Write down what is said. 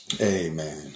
Amen